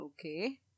Okay